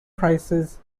prices